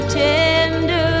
tender